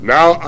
Now